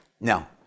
Now